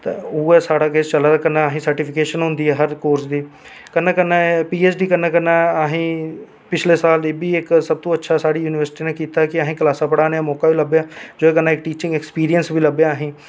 ते ऊऐ सारा केछ चलदा कन्नै असैं गी सर्टीफिकेशन होंदी ऐ हर कोर्स दी कन्नैं पी एच डी कन्नै असैं गी पिछला साल एह् बी साढी यूनिवर्सिटी नै किता कि असैं गी क्लासां पढाने दा मौका बी लब्बैया जेह्दे कन्नैं इक टीचिंग एक्सपिरयंस बी लब्बैयां असैं गी